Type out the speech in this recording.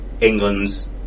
England's